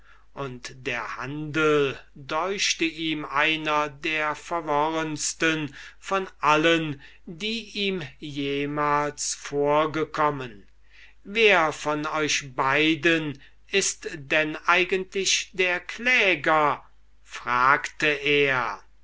und der handel deuchte ihm einer der verworrensten die ihm jemals vorgekommen und wer von euch beiden ist denn eigentlich der kläger fragte er